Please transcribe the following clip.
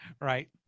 Right